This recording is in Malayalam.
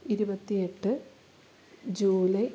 ഇരുപത്തി എട്ട് ജൂലൈ